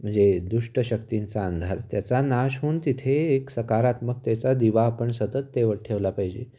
म्हणजे दुष्टशक्तींचा अंधार त्याचा नाश होऊन तिथे एक सकारात्मक त्याचा दिवा आपण सतत तेवत ठेवला पाहिजे